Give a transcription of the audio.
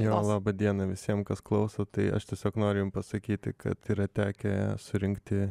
jo laba diena visiem kas klauso tai aš tiesiog noriu jum pasakyti kad yra tekę surinkti